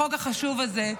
החוק החשוב הזה,